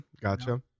Gotcha